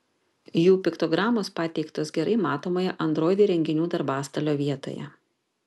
jų piktogramos pateiktos gerai matomoje android įrenginių darbastalio vietoje